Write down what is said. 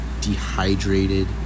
dehydrated